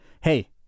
Hey